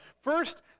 First